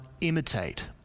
imitate